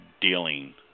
dealing